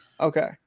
Okay